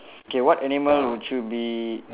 K what animal would you be